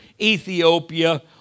Ethiopia